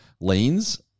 lanes